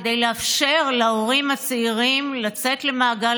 כדי לאפשר להורים הצעירים לצאת למעגל